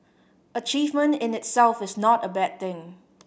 achievement in itself is not a bad thing